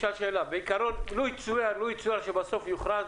בעיקרון, לו יצויר שבסוף יוכרז